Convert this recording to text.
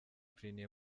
prunier